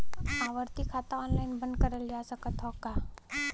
आवर्ती खाता ऑनलाइन बन्द करल जा सकत ह का?